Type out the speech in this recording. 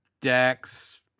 decks